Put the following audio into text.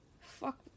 Fuck